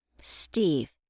Steve